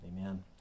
Amen